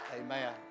amen